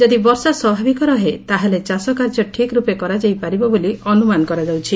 ଯଦି ବର୍ଷା ସ୍ୱାଭାବିକ ରହେ ତା'ହେଲେ ଚାଷ କାର୍ଯ୍ୟ ଠିକ୍ ର୍ପେ କରାଯାଇପାରିବ ବୋଲି ଅନୁମାନ କରାଯାଉଛି